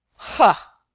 ha!